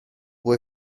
può